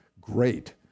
great